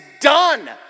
done